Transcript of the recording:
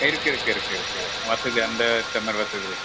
இருக்குது இருக்குது இருக்குது இருக்குது வசதி அந்த வசதி இருக்குதுங்க